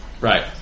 Right